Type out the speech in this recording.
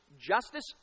justice